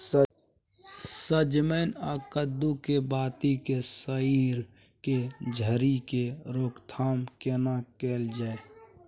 सजमैन आ कद्दू के बाती के सईर के झरि के रोकथाम केना कैल जाय?